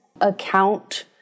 account